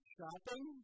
Shopping